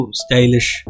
stylish